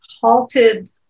halted